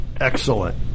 excellent